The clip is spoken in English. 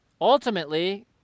ultimately